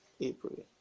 April